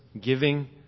giving